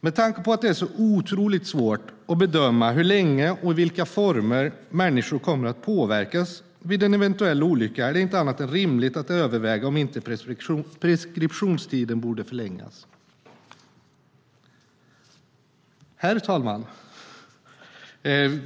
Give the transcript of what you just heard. Med tanke på att det är så otroligt svårt att bedöma hur länge och i vilka former människor kommer att påverkas vid en eventuell olycka är det inte annat än rimligt att överväga om inte preskriptionstiden borde förlängas. Herr talman!